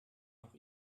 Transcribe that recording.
noch